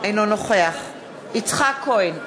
אינו נוכח יצחק כהן,